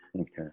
Okay